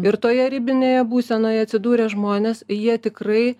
ir toje ribinėje būsenoje atsidūrę žmonės jie tikrai